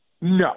No